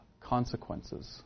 Consequences